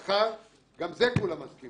למה, היא נצחית